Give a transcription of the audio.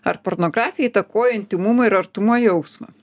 ar pornografija įtakoja intymumo ir artumo jausmą